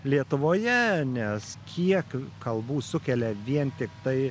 lietuvoje nes kiek kalbų sukelia vien tiktai